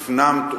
הפנמת,